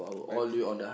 ninety